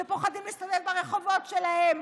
שפוחדים להסתובב ברחובות שלהם,